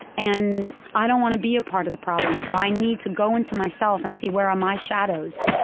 and i don't want to be a part of the problem, so i need to go into myself and see where are my shadows.